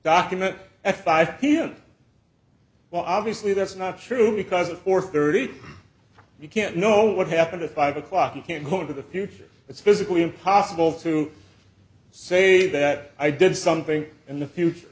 document by him well obviously that's not true because it or thirty you can't know what happened at five o'clock you can't go into the future it's physically impossible to say that i did something in the future